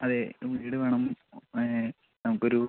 അതെ വീട് വേണം നമുക്കൊരു